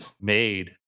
made